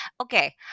Okay